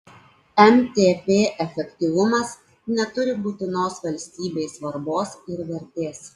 mtp efektyvumas neturi būtinos valstybei svarbos ir vertės